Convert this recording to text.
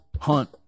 hunt